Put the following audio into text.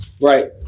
Right